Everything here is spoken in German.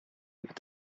über